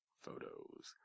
photos